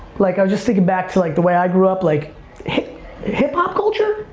like i was just taken back to like the way i grew up, like hiphop culture?